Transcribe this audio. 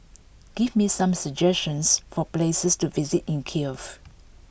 give me some suggestions for places to visit in Kiev